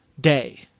day